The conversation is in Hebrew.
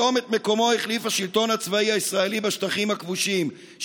היום את מקומו החליף השלטון הצבאי הישראלי בשטחים הכבושים,